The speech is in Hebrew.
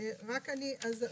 אני רק